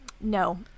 No